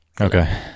Okay